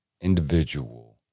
individual